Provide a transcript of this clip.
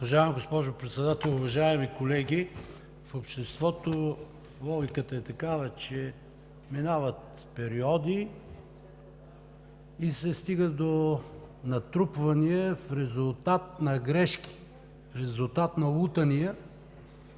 Уважаема госпожо Председател, уважаеми колеги! В обществото логиката е такава, че минават периоди и се стига до натрупвания в резултат на грешки, в резултат на лутания.